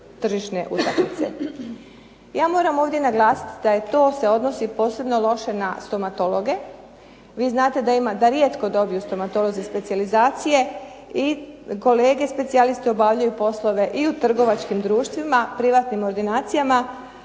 Ja moram ovdje naglasiti da to se odnosi posebno loše na stomatologe. Vi znate da rijetko dobiju stomatolozi specijalizacije i kolege specijalisti obavljaju poslove i u trgovačkim društvima, privatnim ordinacijama,